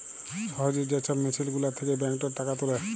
সহজে যে ছব মেসিল গুলার থ্যাকে ব্যাংকটর টাকা তুলে